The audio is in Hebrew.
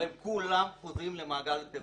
אז בעקיפין, אבל הם כולם חוזרים למעגל הטרור.